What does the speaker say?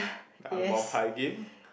the angmoh pai